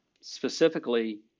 Specifically